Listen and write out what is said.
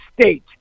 state